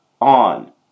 on